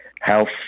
health